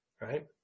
Right